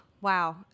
wow